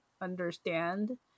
understand